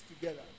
together